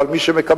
אבל מי שמקבל,